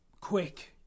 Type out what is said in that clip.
quick